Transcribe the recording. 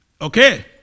Okay